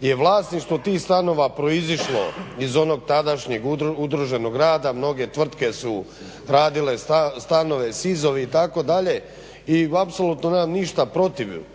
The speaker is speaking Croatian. je vlasništvo tih stanova proizašlo iz onog tadašnjeg udruženog rada, mnoge tvrtke su radile stanove … itd. i apsolutno nemam ništa protiv